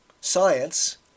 Science